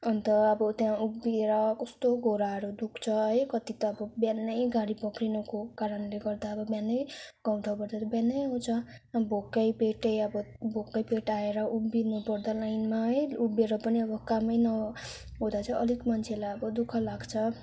अन्त अब त्याँ उभिएर कस्तो घुँडाहरू दुख्छ है कति त अब बिहानै गाडी पक्रिनुको कारणले गर्दा अब बिहानै गाउँठाउँबाट बिहानै आउँछ अब भोकै पेटै भोकै पेट आएर उभिनु पर्दा लाइनमा है उभिएर पनि है कामै नहुँदा चाहिँ अलिक मान्छेलाई अब दु ख लाग्छ